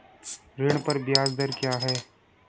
ऋण पर ब्याज दर क्या है?